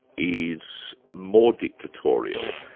is more dictatorial.